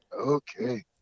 okay